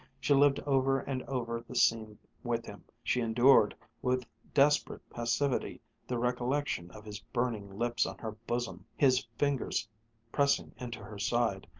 she lived over and over the scene with him, she endured with desperate passivity the recollection of his burning lips on her bosom, his fingers pressing into her side.